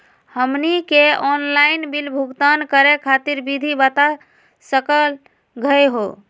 हमनी के online bill भुगतान करे खातीर विधि बता सकलघ हो?